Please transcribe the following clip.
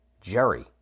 Jerry